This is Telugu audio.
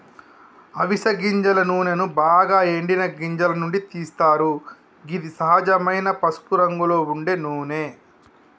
అవిస గింజల నూనెను బాగ ఎండిన గింజల నుండి తీస్తరు గిది సహజమైన పసుపురంగులో ఉండే నూనె